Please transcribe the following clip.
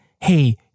Hey